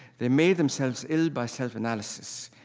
they made themselves ill by self-analysis.